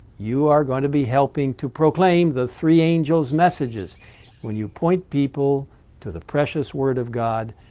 you are gonna be helping to proclaim the three angels' messages when you point people to the precious word of god,